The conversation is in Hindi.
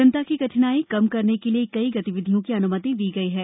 जनता की कठिनाई कम करने के के लिए कई गतिविधियों की अनुमति दी गई है